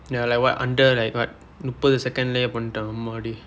ya like what under like what முப்பது:muppathu second பண்ணிவிட்டான் அம்மாடி:pannivitdaan ammaadi